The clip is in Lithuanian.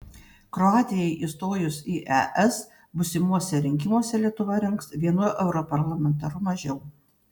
kroatijai įstojus į es būsimuose rinkimuose lietuva rinks vienu europarlamentaru mažiau